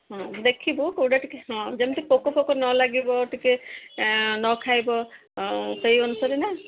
ହଁ ଦେଖିବୁ କେଉଁଟା ଟିକେ ହଁ ଯେମିତି ପୋକ ଫୋକ ନ ଲାଗିବ ଟିକେ ନ ଖାଇବ ସେଇ ଅନୁସାରେ ନା